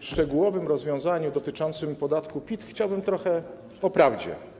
szczegółowym rozwiązaniu dotyczącym podatku PIT chciałbym trochę o prawdzie.